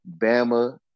Bama